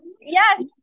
yes